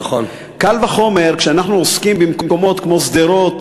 קל וחומר כשאנחנו עוסקים במקומות כמו שדרות,